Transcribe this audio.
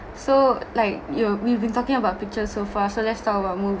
so like you we've been talking about pictures so far so let's talk about